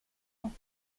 ans